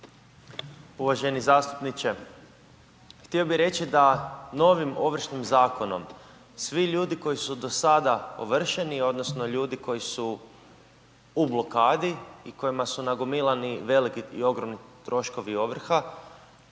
Uvaženi zastupniče htio bih reći da novim Ovršnim zakonom svi ljudi koji su do sada ovršeni odnosno ljudi koji su u blokadi i kojima su nagomilani veliki i ogromni troškovi ovrha